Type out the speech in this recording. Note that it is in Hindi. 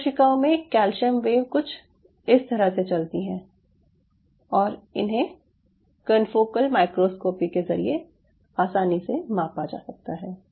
इन कोशिकाओं में कैल्शियम वेव कुछ इस तरह से चलती हैं और इन्हें कनफोकल माइक्रोस्कोपी के ज़रिये आसानी से मापा जा सकता है